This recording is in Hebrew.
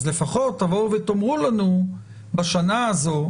אז לפחות תבואו ותאמרו לנו בשנה הזו,